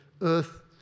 earth